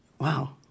wow